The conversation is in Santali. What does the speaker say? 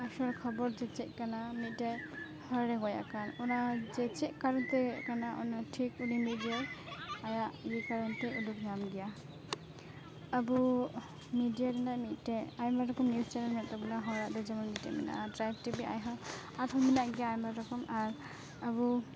ᱟᱥᱚᱞ ᱠᱷᱚᱵᱚᱨ ᱡᱮ ᱪᱮᱫ ᱠᱟᱱᱟ ᱢᱤᱫᱴᱮᱡ ᱦᱚᱲᱮ ᱜᱚᱡ ᱟᱠᱟᱱ ᱚᱱᱟ ᱡᱮ ᱪᱮᱫ ᱠᱟᱹᱢᱤᱛᱮ ᱤᱭᱟᱹᱜ ᱠᱟᱱᱟ ᱚᱱᱟ ᱴᱷᱤᱠ ᱩᱱᱤ ᱟᱭᱟᱜ ᱤᱭᱟᱹ ᱠᱟᱨᱚᱱᱛᱮᱭ ᱚᱰᱳᱠ ᱧᱟᱢ ᱜᱮᱭᱟ ᱟᱵᱚ ᱱᱤᱡᱮ ᱨᱮᱱᱟᱜ ᱢᱤᱫᱴᱮᱡ ᱟᱭᱢᱟ ᱨᱚᱠᱚᱢ ᱱᱤᱣᱩᱡᱽ ᱪᱮᱱᱮᱞ ᱢᱮᱱᱟᱜ ᱛᱟᱵᱚᱱᱟ ᱦᱚᱲᱟᱜᱫᱚ ᱡᱮᱢᱚᱱ ᱢᱤᱫᱴᱮᱡ ᱢᱮᱱᱟᱜᱼᱟ ᱴᱨᱟᱭᱤᱵᱽ ᱴᱤᱵᱷᱤ ᱟᱨᱦᱚᱸ ᱢᱮᱱᱟᱜ ᱜᱮᱭᱟ ᱟᱭᱢᱟ ᱨᱚᱠᱚᱢ ᱟᱨ ᱟᱵᱚ